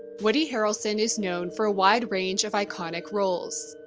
woody harrelson is known for a wide range of iconic roles.